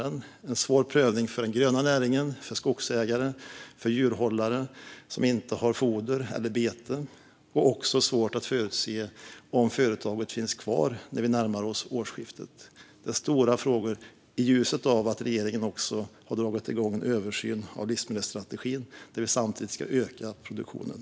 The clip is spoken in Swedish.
Det är en svår prövning för den gröna näringen, för skogsägare och för djurhållare som inte har foder eller beten. Det är svårt för dem att förutse om företagen finns kvar när vi närmar oss årsskiftet. Det är stora frågor i ljuset av att regeringen också har dragit igång en översyn av livsmedelsstrategin enligt vilken vi ska öka produktionen.